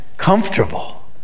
Comfortable